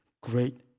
great